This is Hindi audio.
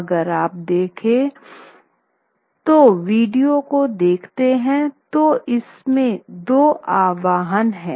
अगर आप देखे गए वीडियो को देखते हैं तो इसमे दो आह्वान हैं